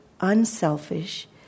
unselfish